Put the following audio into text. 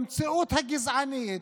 במציאות הגזענית,